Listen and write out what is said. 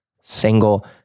single